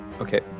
Okay